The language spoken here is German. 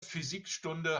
physikstunde